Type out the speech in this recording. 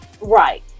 Right